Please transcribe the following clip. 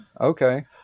Okay